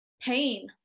pain